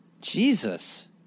Jesus